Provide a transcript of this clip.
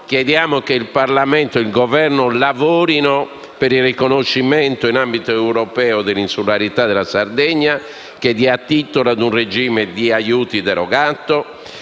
Chiediamo che il Parlamento e il Governo lavorino per il riconoscimento in ambito europeo dell'insularità della Sardegna, che dia titolo a un regime di aiuti derogato